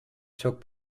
took